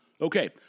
Okay